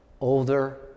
older